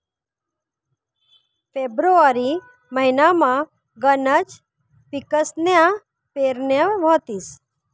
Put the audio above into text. February महिनामा गनच पिकसन्या पेरण्या व्हतीस